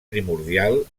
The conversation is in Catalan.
primordial